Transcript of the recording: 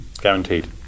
Guaranteed